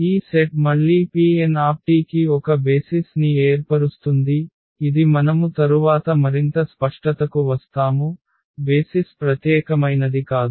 ఈ సెట్ మళ్ళీ Pnt కి ఒక బేసిస్ ని ఏర్పరుస్తుంది ఇది మనము తరువాత మరింత స్పష్టతకు వస్తాము బేసిస్ ప్రత్యేకమైనది కాదు